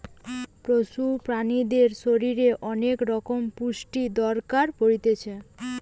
পশু প্রাণীদের শরীরের অনেক রকমের পুষ্টির দরকার পড়তিছে